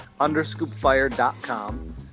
underscoopfire.com